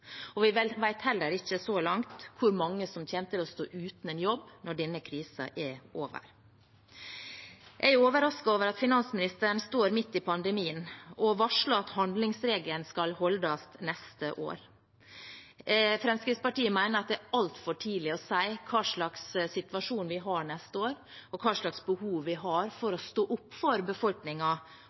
og vi vet heller ikke så langt hvor mange som kommer til å stå uten en jobb når denne krisen er over. Jeg er overrasket over at finansministeren står midt i pandemien og varsler at handlingsregelen skal holdes neste år. Fremskrittspartiet mener at det er altfor tidlig å si hva slags situasjon vi har neste år, og hvilke behov vi har for å stå opp for